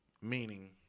Meaning